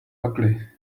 ugly